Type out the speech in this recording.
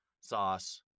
sauce